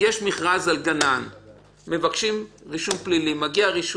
מכרז לתפקיד של גנן וברישום הפלילי